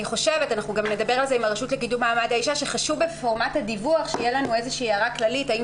אני חושבת שחשוב שבפורמט הדיווח תהיה לנו איזושהי הערה כללית שאומרת האם